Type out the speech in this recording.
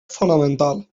fonamental